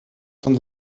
von